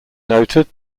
noted